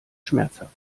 schmerzhaft